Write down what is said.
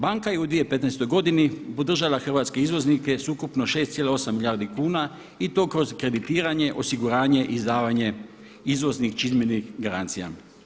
Banke je u 2015. godini podržala hrvatske izvoznike s ukupno 6,8 milijardi kuna i to kroz kreditiranje, osiguranje, izdavanje izvoznih … garancija.